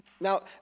Now